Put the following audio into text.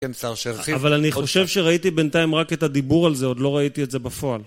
אבל אני חושב שראיתי בינתיים רק את הדיבור על זה, עוד לא ראיתי את זה בפועל